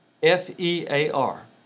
F-E-A-R